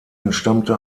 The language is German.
entstammte